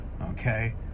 okay